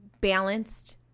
balanced